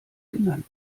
genannt